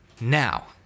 Now